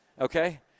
Okay